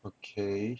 okay